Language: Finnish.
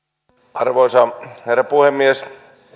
arvoisa herra puhemies